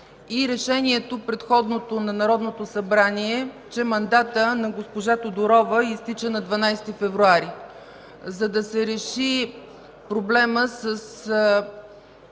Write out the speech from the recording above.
Решение на Народното събрание, че мандатът на госпожа Тодорова изтича на 12 февруари. За да се реши проблемът с